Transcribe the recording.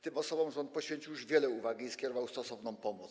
Tym osobom rząd poświecił już wiele uwagi i skierował stosowną pomoc.